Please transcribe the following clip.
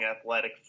athletic